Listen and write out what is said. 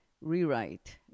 rewrite